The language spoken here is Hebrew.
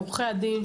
עורכי הדין,